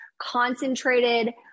concentrated